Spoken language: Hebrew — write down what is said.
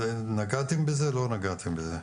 נגעתם בזה או לא נגעתם בזה?